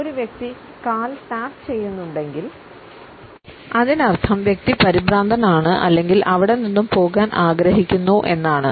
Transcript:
ഒരു വ്യക്തി കാൽ ടാപ്പു ചെയ്യുന്നുണ്ടെങ്കിൽ അതിനർത്ഥം വ്യക്തി പരിഭ്രാന്തനാണ് അല്ലെങ്കിൽ അവിടെ നിന്നും പോകാൻ ആഗ്രഹിക്കുന്നു എന്നാണ്